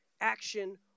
action